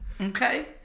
Okay